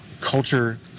culture